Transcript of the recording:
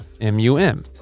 M-U-M